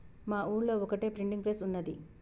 మా ఊళ్లో ఒక్కటే ప్రింటింగ్ ప్రెస్ ఉన్నది